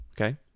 Okay